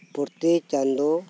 ᱯᱨᱚᱛᱤ ᱪᱟᱸᱫᱳ